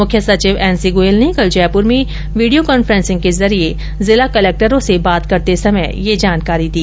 मुख्य सचिव N C Goyal ने कल जयपुर में वीडियों कान्फ्रेंस के जरिये जिला कलेक्टरों से बात करते समय यह जानकारी दी